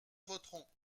voterons